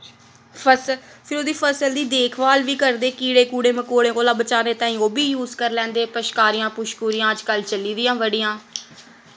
फसल फिर ओह्दी फसल दी दिक्खभाल बी करदे कीड़े कूड़े मकोड़े कोला बचाने ताहीं ओह् बी युस करी लैंदे पछकारियां पछ्कुरियां अजकल्ल चली दि'यां बड़ियां